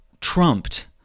trumped